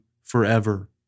forever